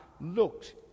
looked